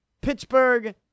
Pittsburgh